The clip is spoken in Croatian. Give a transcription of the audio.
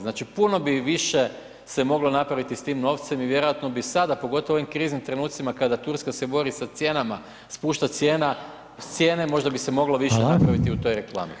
Znači, puno bi više se moglo napravit s tim novcem i vjerojatno bi sada, pogotovo u ovim kriznim trenucima kada Turska se bori sa cijenama, spušta cijene možda bi se moglo više [[Upadica: Hvala]] napraviti u toj reklami.